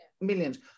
millions